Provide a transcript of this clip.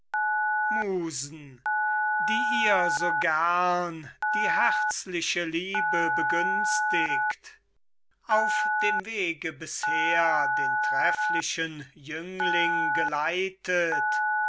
musen die ihr so gern die herzliche liebe begünstigt auf dem wege bisher den trefflichen jüngling geleitet